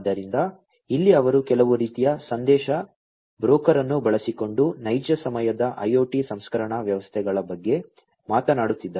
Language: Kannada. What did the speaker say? ಆದ್ದರಿಂದ ಇಲ್ಲಿ ಅವರು ಕೆಲವು ರೀತಿಯ ಸಂದೇಶ ಬ್ರೋಕರ್ ಅನ್ನು ಬಳಸಿಕೊಂಡು ನೈಜ ಸಮಯದ IOT ಸಂಸ್ಕರಣಾ ವ್ಯವಸ್ಥೆಗಳ ಬಗ್ಗೆ ಮಾತನಾಡುತ್ತಿದ್ದಾರೆ